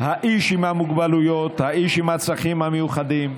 האיש עם המוגבלויות, האיש עם הצרכים המיוחדים,